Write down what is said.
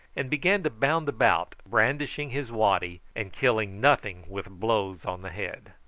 and began to bound about, brandishing his waddy, and killing nothing with blows on the head.